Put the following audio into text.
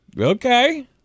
okay